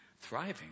thriving